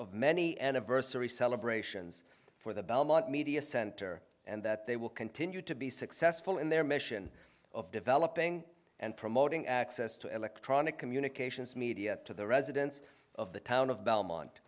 of many anniversary celebrations for the belmont media center and that they will continue to be successful in their mission of developing and promoting access to electronic communications media to the residents of the town of belmont